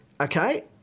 okay